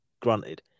Granted